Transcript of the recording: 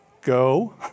Go